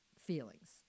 feelings